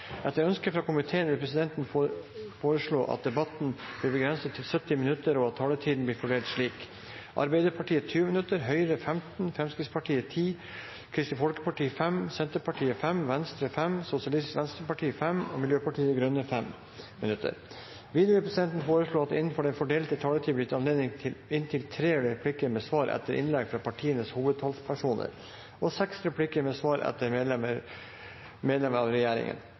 Etter ønske fra energi- og miljøkomiteen vil presidenten foreslå at debatten blir begrenset til 70 minutter, og at taletiden blir fordelt slik: Arbeiderpartiet 20 minutter, Høyre 15 minutter, Fremskrittspartiet 10 minutter, Kristelig Folkeparti 5 minutter, Senterpartiet 5 minutter, Venstre 5 minutter, Sosialistisk Venstreparti 5 minutter og Miljøpartiet De Grønne 5 minutter. Videre vil presidenten foreslå at det blir gitt anledning til replikkordskifte på inntil tre replikker med svar etter innlegg fra partienes hovedtalspersoner og seks replikker med svar etter innlegg fra medlemmer av regjeringen